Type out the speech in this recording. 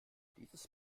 dieses